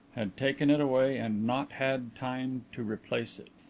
had taken it away and not had time to replace it.